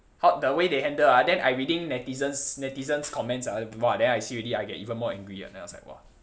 how the way they handle ah then I reading netizens netizens comments ah !wah! then I see already I get even more angry ah then I was like !wah!